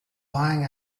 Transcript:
buying